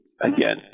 again